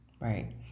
Right